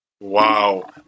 Wow